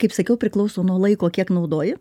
kaip sakiau priklauso nuo laiko kiek naudoji